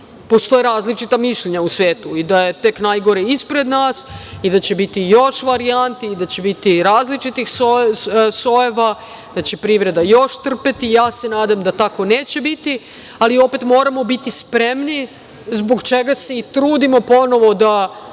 nas. Postoje različita mišljenja u svetu i da je tek najgore ispred nas i da će biti još varijanti i da će biti različitih sojeva, da će privreda još trpeti. Ja se nadam da tako neće biti, ali opet moramo biti spremni zbog čega se i trudimo ponovo da